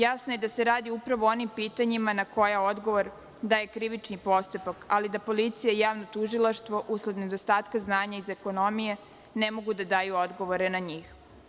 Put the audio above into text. Jasno je da se radi upravo o onim pitanjima na koja odgovor daje krivični postupak, ali da policija i javno tužilaštvo, usled nedostatka znanja iz ekonomije, ne mogu da odgovore na njih.